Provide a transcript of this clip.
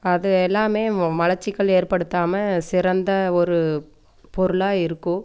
அது எல்லாமே மலச்சிக்கல் ஏற்படுத்தாமல் சிறந்த ஒரு பொருளாக இருக்கும்